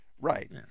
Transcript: Right